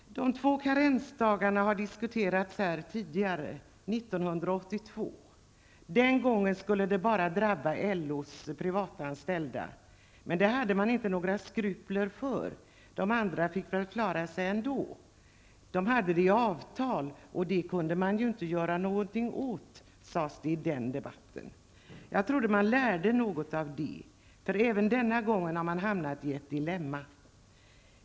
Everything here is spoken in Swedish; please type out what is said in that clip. De två karensdagarna har diskuterats här tidigare, år 1982. Den gången skulle de drabba bara LOs privatanställda, men man hade inga skrupler mot det. De andra fick väl klara sig ändå. De hade träffat avtal, och det kunde man inte göra någonting åt, sades det i debatten. Jag trodde att man lärde något av det, men även den här gången har man hamnat i ett dilemma.